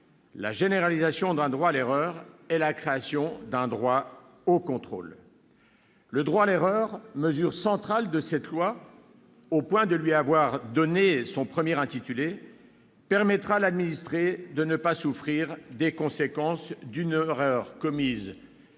la généralisation d'un droit à l'erreur et la création d'un droit au contrôle. Le droit à l'erreur, mesure centrale de ce texte de loi, au point de lui avoir donné son premier intitulé, permettra à l'administré de ne pas souffrir des conséquences d'une erreur commise